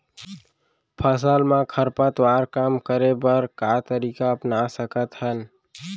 फसल मा खरपतवार कम करे बर का तरीका अपना सकत हन?